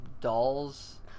dolls